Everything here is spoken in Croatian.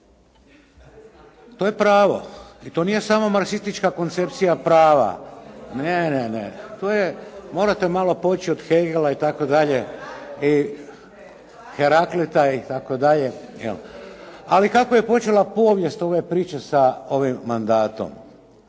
To je pravo i to nije samo marksistička koncepcija prava. Ne, ne, ne. Morate malo poći od Hegela itd. i Heraklita itd. Ali kako je počela povijest ove priče sa ovim mandatom.